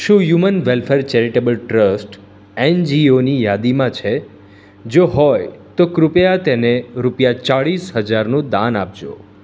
શું human welfare charitable trust એનજીઓની યાદીમાં છે જો હોય તો કૃપયા તેને રૂપિયા ચાર હજારનું દાન આપજો